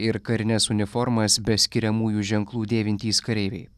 ir karines uniformas be skiriamųjų ženklų dėvintys kareiviai